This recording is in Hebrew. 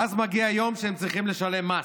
ואז מגיע היום שהם צריכים לשלם מס,